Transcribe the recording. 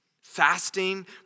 fasting